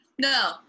No